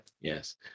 yes